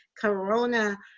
Corona